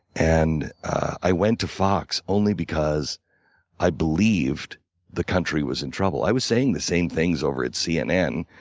and i went to fox only because i believed the country was in trouble. i was saying the same things over at cnn.